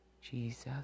Jesus